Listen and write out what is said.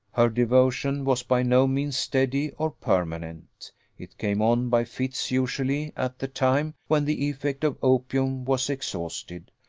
her devotion was by no means steady or permanent it came on by fits usually at the time when the effect of opium was exhausted,